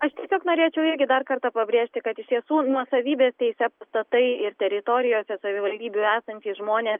aš tiesiog norėčiau irgi dar kartą pabrėžti kad iš tiesų nuosavybės teise pastatai ir teritorijose savivaldybių esantys žmonės